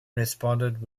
responded